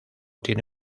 tiene